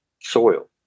soil